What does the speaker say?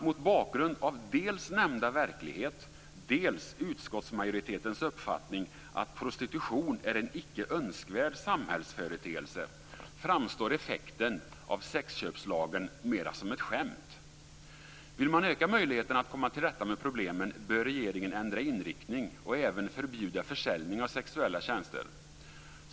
Mot bakgrund av dels nämnda verklighet, dels utskottsmajoritetens uppfattning att prostitution är en icke önskvärd samhällsföreteelse framstår effekten av sexköpslagen mera som ett skämt. Vill man öka möjligheterna att komma till rätta med problemen bör regeringen ändra inriktning och även förbjuda försäljning av sexuella tjänster.